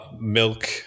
milk